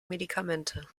medikamente